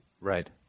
Right